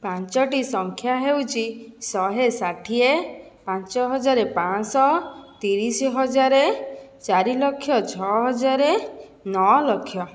ପାଞ୍ଚଟି ସଂଖ୍ୟା ହେଉଛି ଶହେ ଷାଠିଏ ପାଞ୍ଚ ହଜାର ପାଞ୍ଚଶହ ତିରିଶ ହଜାର ଚାରି ଲକ୍ଷ ଛଅ ହଜାର ନଅ ଲକ୍ଷ